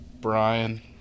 Brian